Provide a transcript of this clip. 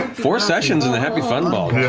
four sessions in the happy fun ball, yeah